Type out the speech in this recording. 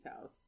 house